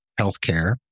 healthcare